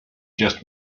just